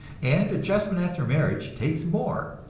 and adjustment after marriage takes more.